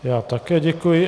Já také děkuji.